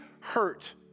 hurt